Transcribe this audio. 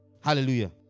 Hallelujah